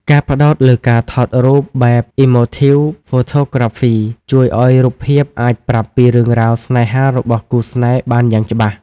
ការផ្ដោតលើការថតរូបបែប Emotive Photography ជួយឱ្យរូបភាពអាចប្រាប់ពីរឿងរ៉ាវស្នេហារបស់គូស្នេហ៍បានយ៉ាងច្បាស់។